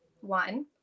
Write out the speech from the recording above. one